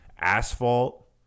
asphalt